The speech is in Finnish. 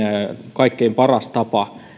kaikkein paras tapa